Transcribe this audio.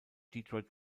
detroit